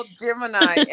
Gemini